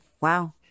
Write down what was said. Wow